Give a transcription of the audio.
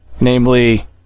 namely